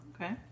Okay